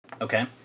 Okay